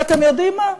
ואתם יודעים מה?